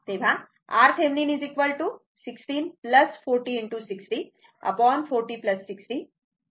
तेव्हा RThevenin 16 40 ✕ 60 40 60